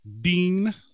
Dean